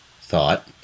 thought